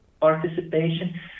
participation